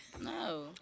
No